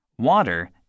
Water